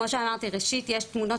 ראשית, יש תמונות